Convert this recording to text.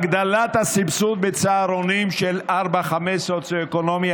הגדלת הסבסוד בצהרונים של 5-4 סוציו-אקונומי,